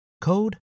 code